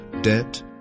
debt